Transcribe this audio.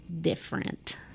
different